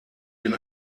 den